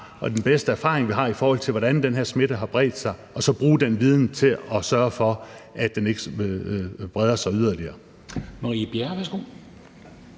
og den bedste erfaring, vi har, i forhold til hvordan den her smitte har bredt sig, og at vi så bruger den viden til at sørge for, at den ikke breder sig yderligere.